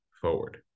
forward